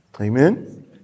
Amen